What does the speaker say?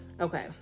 okay